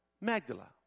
Magdala